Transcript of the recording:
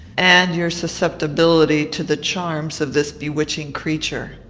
and your susceptibility to the charms of this bewitching creature.